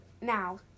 Now